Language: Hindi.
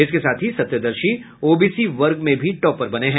इसके साथ ही सत्यदर्शी ओबीसी वर्ग में भी टॉपर बने हैं